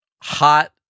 hot